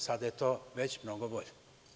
Sada je to već mnogo bolje.